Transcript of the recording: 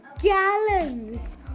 gallons